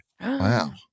Wow